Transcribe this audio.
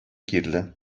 кирлӗ